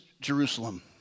Jerusalem